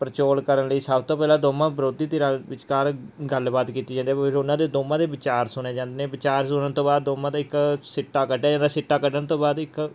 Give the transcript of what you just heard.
ਪੜਚੋਲ ਕਰਨ ਲਈ ਸਭ ਤੋਂ ਪਹਿਲਾਂ ਦੋਵਾਂ ਵਿਰੋਧੀ ਧਿਰਾਂ ਵਿਚਕਾਰ ਗੱਲਬਾਤ ਕੀਤੀ ਜਾਂਦੀ ਹੈ ਫੇਰ ਉਹਨਾਂ ਦੇ ਦੋਵਾਂ ਦੇ ਵਿਚਾਰ ਸੁਣੇ ਜਾਂਦੇ ਨੇ ਵਿਚਾਰ ਸੁਣਨ ਤੋਂ ਬਾਅਦ ਦੋਵਾਂ ਦਾ ਇੱਕ ਸਿੱਟਾ ਕੱਢਿਆ ਜਾਂਦਾ ਸਿੱਟਾ ਕੱਢਣ ਤੋਂ ਬਾਅਦ ਇੱਕ